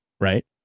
Right